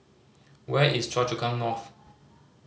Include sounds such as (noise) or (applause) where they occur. where is Choa Chu Kang North (noise)